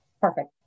perfect